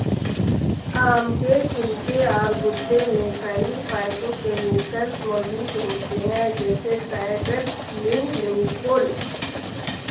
आम के छिलके और गूदे में कई फाइटोकेमिकल्स मौजूद होते हैं, जैसे ट्राइटरपीन, ल्यूपोल